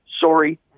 Sorry